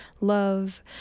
love